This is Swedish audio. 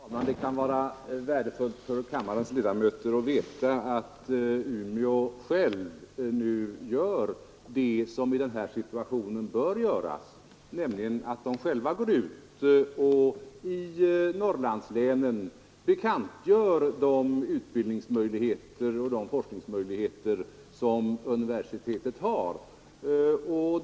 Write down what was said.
Herr talman! Det kan vara värdefullt för kammarens ledamöter att veta att Umeå universitet nu självt gör det som i denna situation bör göras. Universitetet bekantgör nämligen i Norrlandslänen de utbildningsmöjligheter och forskningsmöjligheter som det har.